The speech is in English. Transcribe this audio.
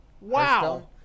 Wow